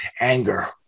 anger